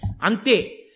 Ante